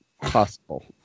possible